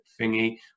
thingy